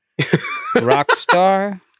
Rockstar